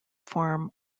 form